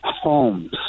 homes